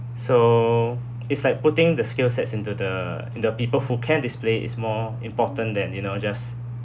so it's like putting the skill sets into the in the people who can display is more important than you know just